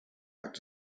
back